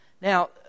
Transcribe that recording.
Now